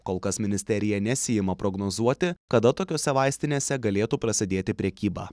kol kas ministerija nesiima prognozuoti kada tokiose vaistinėse galėtų prasidėti prekyba